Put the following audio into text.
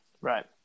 Right